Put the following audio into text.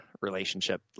relationship